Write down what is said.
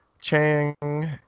Chang